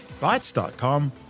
Bytes.com